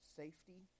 safety